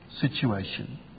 situation